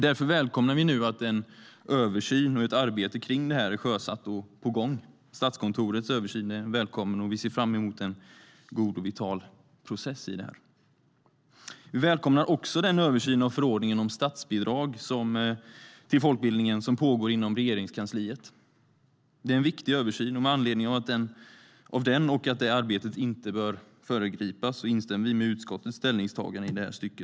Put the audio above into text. Därför välkomnar vi nu att en översyn och ett arbete kring detta är sjösatt och på gång. Statskontorets översyn är välkommen, och vi ser fram emot en god och vital process. Vi välkomnar också den översyn av förordningen om statsbidrag till folkbildningen som pågår inom Regeringskansliet. Det är en viktig översyn. Med anledning av den och att det arbetet inte bör föregripas instämmer vi i utskottets ställningstagande i detta stycke.